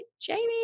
Jamie